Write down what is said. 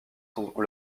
sont